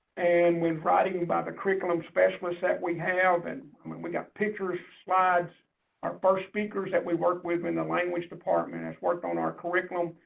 and we're writing about the curriculum specialists that we have. and i mean we got pictures slides of our first speakers that we work with in the language department has worked on our curriculum.